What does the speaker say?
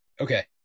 Okay